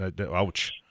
Ouch